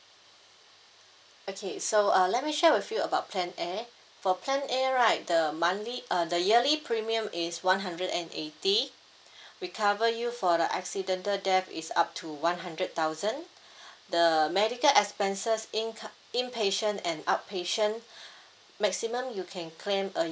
okay so uh let me share with you about plan A for plan A right the monthly uh the yearly premium is one hundred and eighty we cover you for the accidental death is up to one hundred thousand the medical expenses inco~ inpatient and outpatient maximum you can claim a